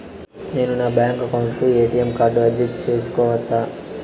నేను నా bank account కు ఎ.టి.ఎం కార్డు అర్జీ సేసుకోవచ్చా?